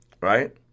right